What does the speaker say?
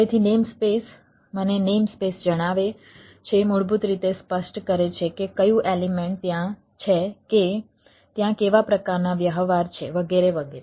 તેથી નેમસ્પેસ મને name space જણાવે છે મૂળભૂત રીતે સ્પષ્ટ કરે છે કે કયું એલિમેન્ટ ત્યાં છે કે ત્યાં કેવા પ્રકારના વ્યવહાર છે વગેરે વગેરે